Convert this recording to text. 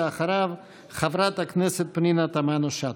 אחריו, חברת הכנסת פנינה תמנו שטה.